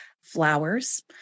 Flowers